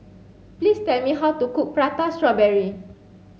please tell me how to cook prata strawberry